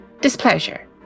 displeasure